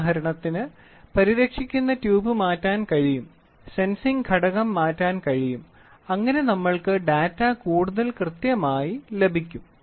ഉദാഹരണത്തിന് പരിരക്ഷിക്കുന്ന ട്യൂബ് മാറ്റാൻ കഴിയും സെൻസിംഗ് ഘടകം മാറ്റാൻ കഴിയും അങ്ങനെ നമ്മൾക്ക് ഡാറ്റ കൂടുതൽ കൃത്യമായി ലഭിക്കും